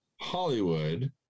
Hollywood